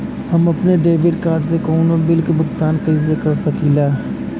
हम अपने debit card से कउनो बिल के भुगतान कइसे कर सकीला?